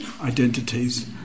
identities